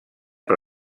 per